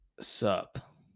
sup